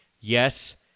Yes